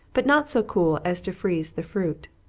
but not so cool as to freeze the fruit.